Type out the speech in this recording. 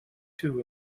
two